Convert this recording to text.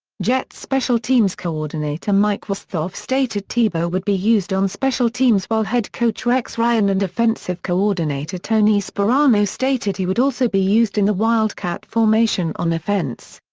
jets special teams coordinator mike westhoff stated tebow would be used on special teams while head coach rex ryan and offensive coordinator tony sparano stated he would also be used in the wildcat formation on offense.